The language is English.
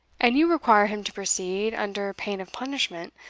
and you require him to proceed, under pain of punishment,